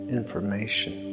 information